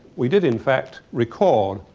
we did in fact record.